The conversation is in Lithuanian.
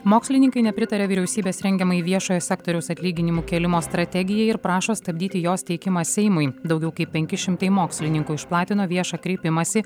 mokslininkai nepritaria vyriausybės rengiamai viešojo sektoriaus atlyginimų kėlimo strategijai ir prašo stabdyti jos teikimą seimui daugiau kaip penki šimtai mokslininkų išplatino viešą kreipimąsi